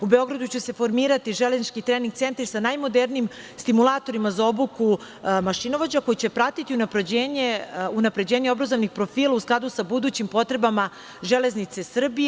U Beogradu će se formirati železnički trening centar sa najmodernijim stimulatorima za obuku mašinovođa, koji će pratiti unapređenje obrazovnih profila u skladu sa budućim potrebama Železnice Srbije.